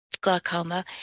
glaucoma